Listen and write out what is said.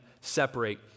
separate